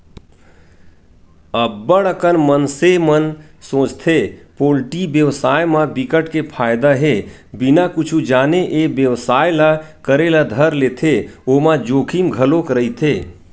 अब्ब्ड़ अकन मनसे मन सोचथे पोल्टी बेवसाय म बिकट के फायदा हे बिना कुछु जाने ए बेवसाय ल करे ल धर लेथे ओमा जोखिम घलोक रहिथे